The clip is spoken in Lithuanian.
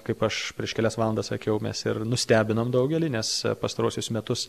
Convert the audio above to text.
kaip aš prieš kelias valandas sakiau mes ir nustebinom daugelį nes pastaruosius metus